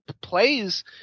plays